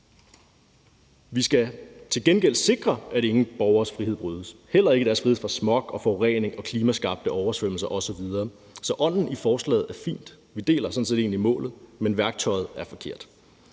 Vi skal til gengæld sikre, at ingen borgeres frihed brydes, heller ikke deres frihed fra smog, forurening, klimaskabte oversvømmelser osv. Så ånden i forslaget er fin. Vi deler sådan set egentlig målet, men værktøjet er forkert.